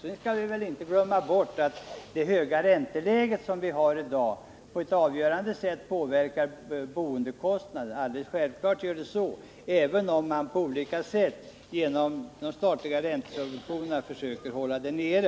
Sedan skall vi inte glömma bort att det höga ränteläge som vi har i dag på ett avgörande sätt påverkar boendekostnaderna. Självfallet är det så, även om man på olika sätt genom de statliga räntesubventionerna försöker hålla räntorna nere.